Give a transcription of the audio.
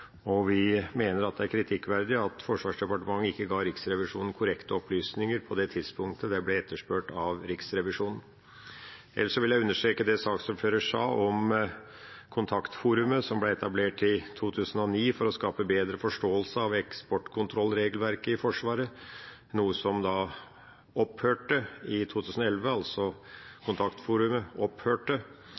og vi mener at det er kritikkverdig at Forsvarsdepartementet ikke ga Riksrevisjonen korrekte opplysninger på det tidspunktet det ble etterspurt av Riksrevisjonen. Ellers vil jeg understreke det saksordføreren sa om kontaktforumet som ble etablert i 2009 for å skape bedre forståelse av eksportkontrollregelverket i Forsvaret. Dette kontaktforumet opphørte i 2011